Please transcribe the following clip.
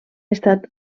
estat